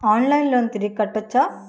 ఆన్లైన్లో లోన్ తిరిగి కట్టోచ్చా?